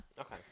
Okay